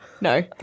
No